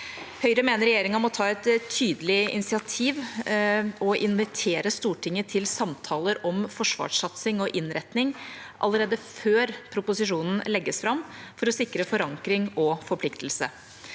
Høyre mener regjeringa må ta et tydelig initiativ og invitere Stortinget til samtaler om forsvarssatsing og -innretning allerede før proposisjonen legges fram, for å sikre forankring og forpliktelse.